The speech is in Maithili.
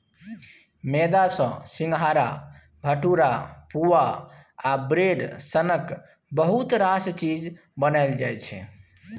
मेदा सँ सिंग्हारा, भटुरा, पुआ आ ब्रेड सनक बहुत रास चीज बनाएल जाइ छै